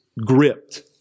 gripped